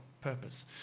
purpose